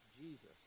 Jesus